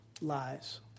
lies